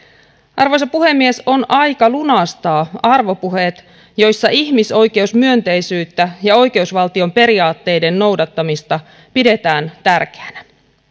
arvoisa puhemies on aika lunastaa arvopuheet joissa ihmisoikeusmyönteisyyttä ja oikeusvaltion periaatteiden noudattamista pidetään tärkeänä